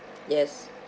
yes